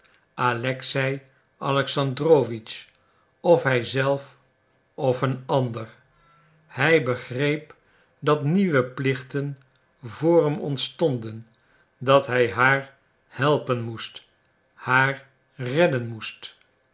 alexei alexandrowitsch of hij zelf of een ander hij begreep dat nieuwe plichten voor hem ontstonden dat hij haar helpen haar redden moest